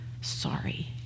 sorry